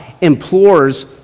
implores